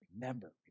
Remember